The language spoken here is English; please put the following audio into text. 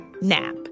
nap